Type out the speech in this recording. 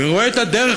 ורואה את הדרך,